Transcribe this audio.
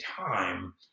time